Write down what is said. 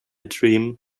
dream